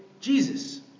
Jesus